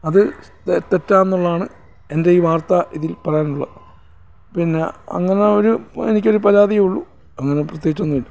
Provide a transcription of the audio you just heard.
അത് തെറ്റാണെന്നുള്ളതാണ് എൻ്റെ ഈ വാർത്തായിതിൽ പറയാനുള്ളത് പിന്നെ അങ്ങനെയൊരു എനിക്കൊരു പരാതിയേ ഉള്ളു അങ്ങനെ പ്രത്യേകിച്ചൊന്നുമില്ല